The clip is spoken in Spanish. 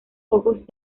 ojos